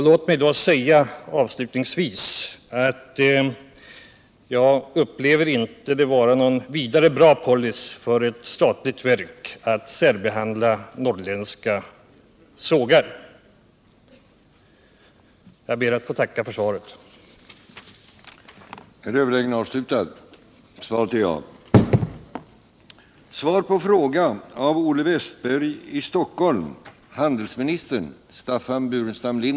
Låt mig säga avslutningsvis att jag inte upplever det vara någon vidare bra policy för ett statligt verk att särbehandla norrländska sågar. Jag ber att få tacka för svaret.